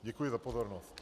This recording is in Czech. Děkuji za pozornost.